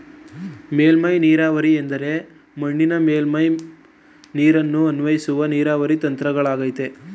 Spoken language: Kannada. ಮೇಲ್ಮೈ ನೀರಾವರಿ ಎಂದರೆ ಮಣ್ಣಿನ ಮೇಲ್ಮೈ ಮೇಲೆ ನೀರನ್ನು ಅನ್ವಯಿಸುವ ನೀರಾವರಿ ತಂತ್ರಗಳಗಯ್ತೆ